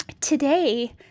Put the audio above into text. Today